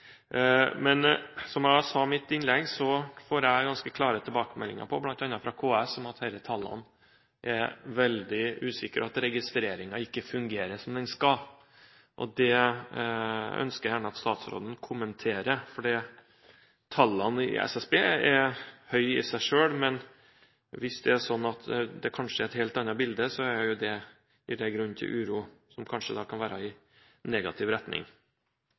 Men som jeg sa i mitt innlegg, får jeg ganske klare tilbakemeldinger, bl.a. fra KS, om at disse tallene er veldig usikre, at registreringen ikke fungerer som den skal. Det ønsker jeg gjerne at statsråden kommenterer. Tallene til SSB er høye i seg selv, men hvis det er sånn at det kanskje er et helt annet bilde, gir det grunn til uro, kanskje i negativ retning. Jeg er glad for at statsråden nå går inn i